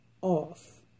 off